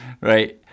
right